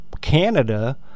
Canada